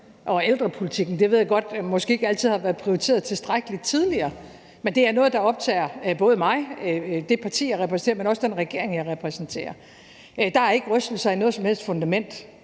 af ældrepolitikken. Jeg ved godt, at det måske ikke altid har været prioriteret tilstrækkeligt tidligere. Men det er noget, der optager både mig og det parti, jeg repræsenterer, men også den regering, jeg repræsenterer. Der er ikke rystelser i noget som helst fundament.